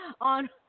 on